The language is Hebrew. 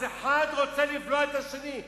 אז אחד רוצה לבלוע את השני.